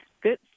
good